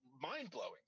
mind-blowing